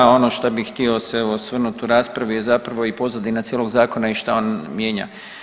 Ono što bih htio se osvrnut u raspravi je zapravo i pozadina cijelog zakona i šta on mijenja.